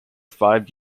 five